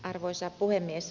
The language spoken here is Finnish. arvoisa puhemies